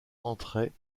entraient